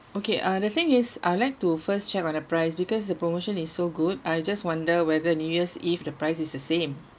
okay uh the thing is I would like to first check on the price because the promotion is so good I just wonder whether new year's eve the price is the same